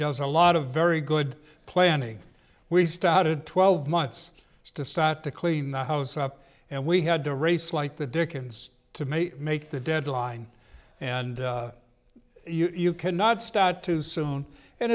does a lot of very good planning we started twelve months to start to clean the house up and we had to race like the dickens to make make the deadline and you cannot start too soon and